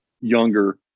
younger